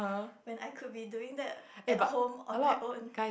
when I could be doing that at home on my own